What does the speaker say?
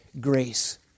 grace